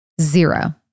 Zero